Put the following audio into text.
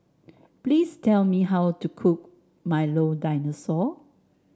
please tell me how to cook Milo Dinosaur